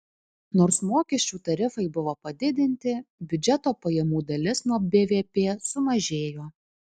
nors mokesčių tarifai buvo padidinti biudžeto pajamų dalis nuo bvp sumažėjo